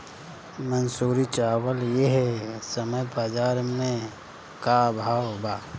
मंसूरी चावल एह समय बजार में का भाव बा?